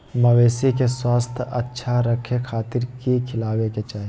मवेसी के स्वास्थ्य अच्छा रखे खातिर की खिलावे के चाही?